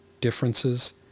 differences